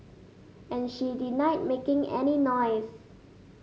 and she denied making any noise